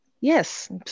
yes